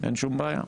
אין שום בעיה.